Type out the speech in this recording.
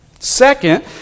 Second